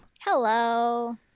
Hello